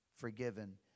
Forgiven